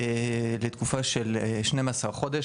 לתקופה של 12 חודשים,